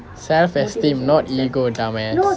self esteem not ego dumbass